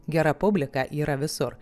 gera publika yra visur